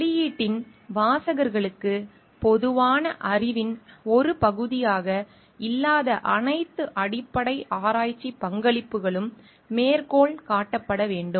வெளியீட்டின் வாசகர்களுக்கு பொதுவான அறிவின் ஒரு பகுதியாக இல்லாத அனைத்து அடிப்படை ஆராய்ச்சி பங்களிப்புகளும் மேற்கோள் காட்டப்பட வேண்டும்